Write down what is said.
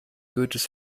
goethes